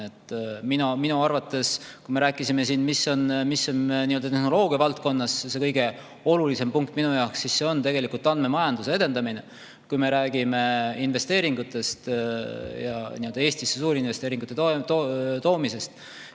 kauem aega. Kui me rääkisime siin, mis on tehnoloogia valdkonnas see kõige olulisem punkt, siis minu arvates see on tegelikult andmemajanduse edendamine. Kui me räägime investeeringutest ja Eestisse suurinvesteeringute toomisest,